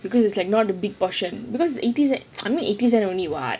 because it's like not big portion because it is and I mean eighty cent only [what]